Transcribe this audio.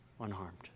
unharmed